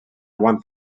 one